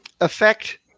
affect